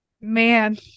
Man